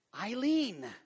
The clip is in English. Eileen